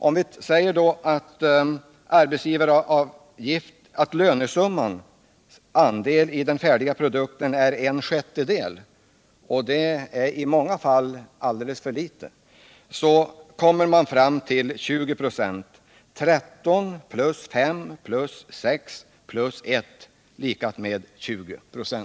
Om vi säger att lönesummans andel i den färdiga produkten är en sjättedel — det är i många fall alldeles för litet — kommer man fram till totalt 20 96. 13+6+1=20 926.